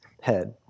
head